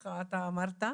כך אתה אמרת.